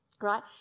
right